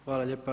Hvala lijepa.